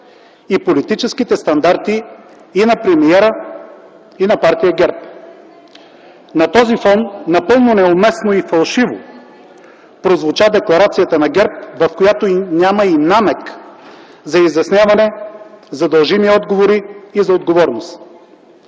и политическите стандарти и на премиера, и на партия ГЕРБ. На този фон напълно неуместно и фалшиво прозвуча Декларацията на ГЕРБ, в която няма и намек за изясняване, за дължими отговори и за отговорност.